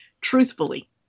truthfully